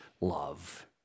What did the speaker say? love